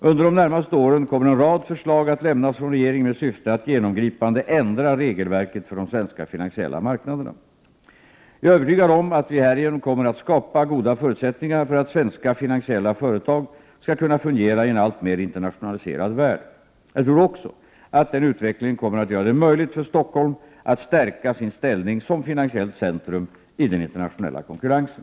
Under de närmaste åren kommer en rad förslag att lämnas från regeringen med syfte att genomgripande ändra Jag är övertygad om att vi härigenom kommer att skapa goda förutsätt 16 maj 1989 ningar för att svenska finansiella företag skall kunna fungera i en alltmer internationaliserad värld. Jag tror också att denna utveckling kommer att göra det möjligt för Stockholm att stärka sin ställning som finansiellt centrum i den internationella konkurrensen.